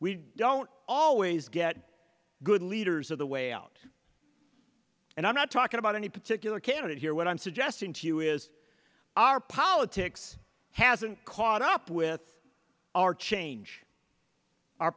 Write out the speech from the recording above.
we don't always get good leaders of the way out and i'm not talking about any particular candidate here what i'm suggesting to you is our politics hasn't caught up with our change our